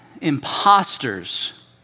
imposters